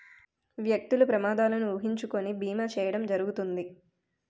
వ్యక్తులు ప్రమాదాలను ఊహించుకొని బీమా చేయడం జరుగుతుంది